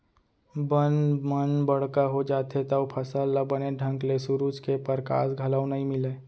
बन मन बड़का हो जाथें तव फसल ल बने ढंग ले सुरूज के परकास घलौ नइ मिलय